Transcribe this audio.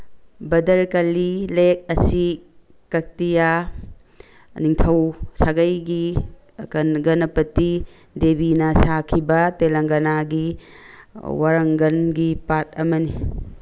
Bhadrakali lake ꯑꯁꯤ ꯀꯛꯇꯤꯌꯥ ꯅꯤꯡꯊꯧ ꯁꯥꯒꯩꯒꯤ ꯒꯅꯄꯇꯤ ꯗꯦꯕꯤꯅ ꯁꯥꯈꯤꯕ ꯇꯦꯂꯪꯒꯅꯥꯒꯤ ꯋꯥꯔꯪꯒꯟꯒꯤ ꯄꯥꯠ ꯑꯃꯅꯤ